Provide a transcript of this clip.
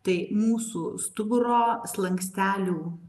tai mūsų stuburo slankstelių